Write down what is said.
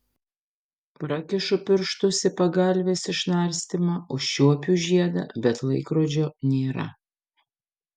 prakišu pirštus į pagalvės išnarstymą užčiuopiu žiedą bet laikrodžio nėra